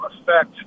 effect